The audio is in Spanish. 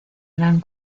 eran